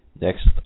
Next